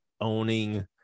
owning